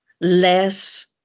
less